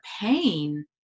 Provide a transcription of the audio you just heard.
pain